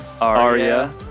Arya